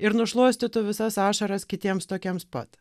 ir nušluostytų visas ašaras kitiems tokiems pat